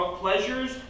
pleasures